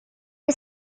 the